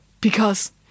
Because